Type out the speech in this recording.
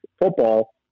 football